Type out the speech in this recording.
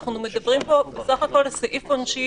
אנחנו מדברים פה בסך הכול על סעיף עונשי